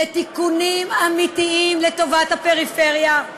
תיקונים אמיתיים, לטובת הפריפריה.